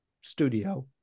studio